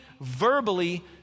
verbally